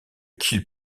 qu’il